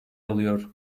alıyor